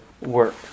work